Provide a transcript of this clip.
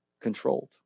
Controlled